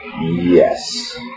Yes